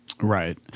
right